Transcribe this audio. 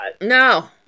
no